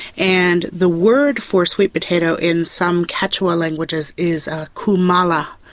and the word for sweet potato in some quechua languages is ah kumala,